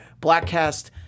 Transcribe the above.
Blackcast